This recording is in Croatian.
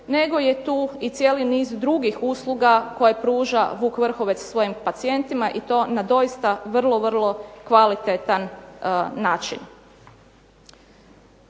nego je tu i cijeli niz drugih usluga koje pruža "Vuk Vrhovec" svojim pacijentima i to na doista vrlo, vrlo kvalitetan način.